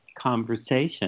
conversation